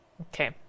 Okay